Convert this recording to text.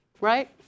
right